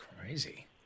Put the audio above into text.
crazy